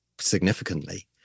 significantly